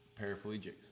paraplegics